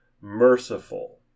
merciful